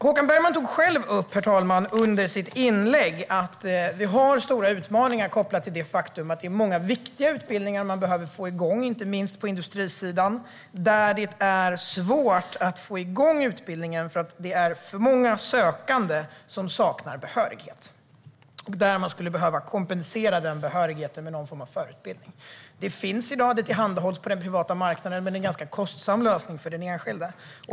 Håkan Bergman tog själv i sitt inlägg upp att vi har stora utmaningar kopplade till det faktum att det är många viktiga utbildningar som behöver komma igång, inte minst på industrisidan där det är svårt att få igång utbildningar därför att det är för många sökande som saknar behörighet. Där skulle bristen på behörighet behöva kompenseras av någon form av förutbildning. Det tillhandahålls i dag sådan utbildning på den privata marknaden, men det är en ganska kostsam lösning för den enskilde.